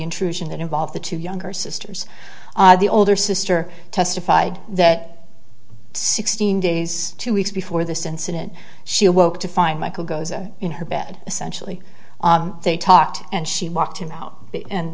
intrusion that involve the two younger sisters the older sister testified that sixteen days two weeks before this incident she awoke to find michael goza in her bed essentially they talked and she walked him out and